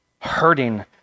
hurting